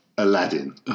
Aladdin